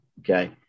okay